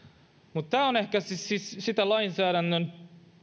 mutta tämä on siis sitä lainsäädännön